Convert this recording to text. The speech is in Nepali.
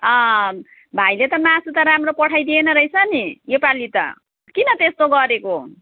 अँ भाइले त मासु त राम्रो पठाइदिएन रहेछ नि योपालि किन त्यस्तो गरेको